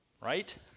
right